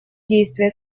действия